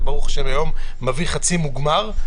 וברוך השם היום מביא חצי מוגמר.